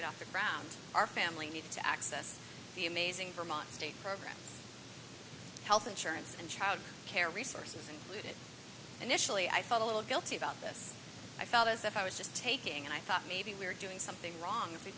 get off the ground our family needs to access the amazing vermont state program health insurance and child care resources including initially i felt a little guilty about this i felt as if i was just taking and i thought maybe we were doing something wrong